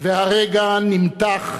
והרגע נמתח,